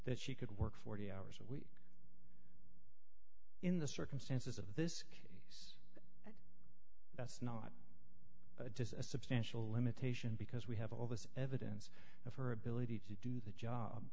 that she could work forty hours a week in the circumstances of this case that's not just a substantial limitation because we have all this evidence of her ability to do the job